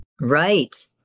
Right